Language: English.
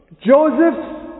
Joseph